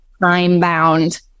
time-bound